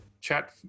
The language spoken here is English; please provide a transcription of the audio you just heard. chat